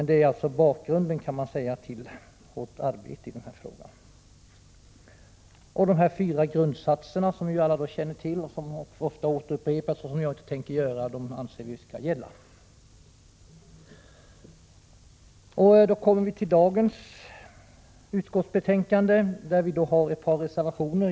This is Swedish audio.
Det är alltså bakgrunden till vårt arbete i den här frågan. De fyra grundsatser som alla känner till och som ofta återupprepas men som jag inte skall upprepa nu anser vi skall gälla. I dagens utskottsbetänkande har vi ett par reservationer.